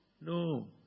No